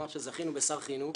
שזכינו בשר חינוך